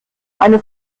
eine